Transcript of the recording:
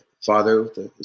father